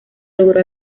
logró